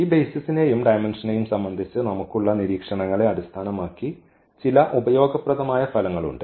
ഈ ബെയ്സിസിനെയും ഡയമെൻഷനെയും സംബന്ധിച്ച് നമുക്കുള്ള നിരീക്ഷണങ്ങളെ അടിസ്ഥാനമാക്കി ചില ഉപയോഗപ്രദമായ ഫലങ്ങൾ ഉണ്ട്